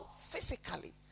physically